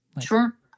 Sure